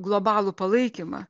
globalų palaikymą